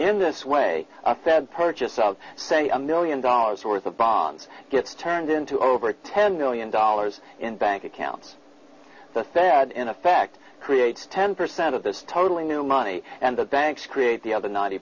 in this way said purchase of a million dollars worth of bonds gets turned into over ten million dollars in bank accounts the said in effect create ten percent of this totally new money and the banks create the other ninety